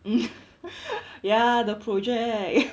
mm ya the project